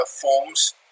forms